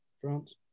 France